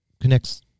connects